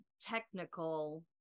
technical